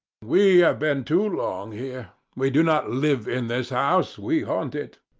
we have been too long here. we do not live in this house we haunt it.